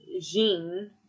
Jean